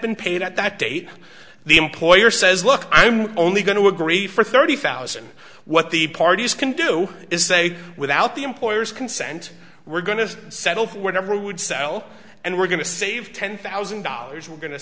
been paid at that date the employer says look i'm only going to agree for thirty thousand what the parties can do is say without the employer's consent we're going to settle whatever would sell and we're going to save ten thousand dollars we're going to